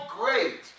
great